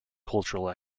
cultural